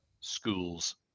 schools